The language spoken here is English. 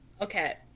Okay